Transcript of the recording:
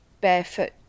barefoot